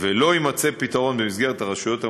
יימצא פתרון במסגרת הרשויות המקומיות,